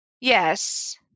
Yes